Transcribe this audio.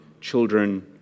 children